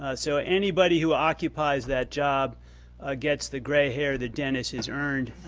ah so, anybody who occupies that job gets the gray hair that denis has earned.